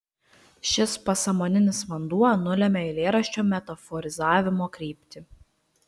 šis pasąmoninis vanduo nulemia eilėraščio metaforizavimo kryptį